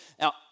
Now